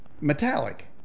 metallic